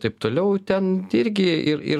taip toliau ten irgi ir ir